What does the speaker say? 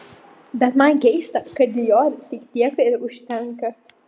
bet man keista kad dior tik tiek ir užtenka